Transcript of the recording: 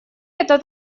этот